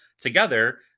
together